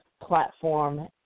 platform